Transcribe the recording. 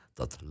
dat